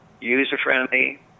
user-friendly